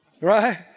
Right